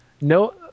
no